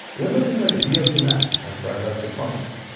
what about things like v o two max, like for athletic performance?